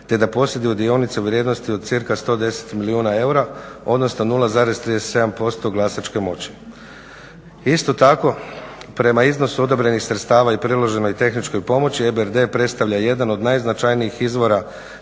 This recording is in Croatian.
te da posjeduju dionice u vrijednosti od cca 110 milijuna eura, odnosno 0,37% glasačke moći. Isto tako, prema iznosu odobrenih sredstava i priloženoj tehničkoj pomoći EBRD predstavlja jedan od najznačajnijih izvora